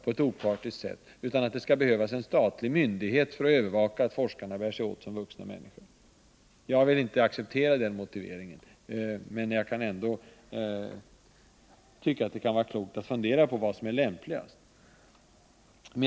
Det skall väl inte behövas en statlig myndighet för att övervaka att forskarna uppför sig som vuxna människor. Jag vill inte acceptera den motiveringen, men jag tycker ändå att det kan vara klokt att fundera på vad som är lämpligast från andra synpunkter.